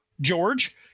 George